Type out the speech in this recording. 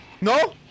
No